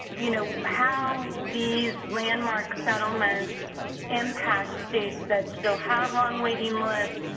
you know, how these landmark settlements impact states that still have long waiting lists,